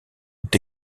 ont